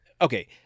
Okay